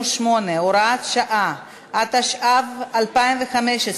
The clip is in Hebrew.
48, הוראת שעה), התשע"ו 2015,